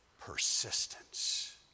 persistence